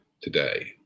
today